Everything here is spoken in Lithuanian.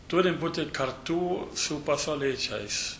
turi būti kartu su pasaualiečiais